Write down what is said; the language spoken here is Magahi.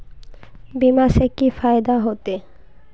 बीमा से की फायदा होते?